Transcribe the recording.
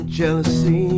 jealousy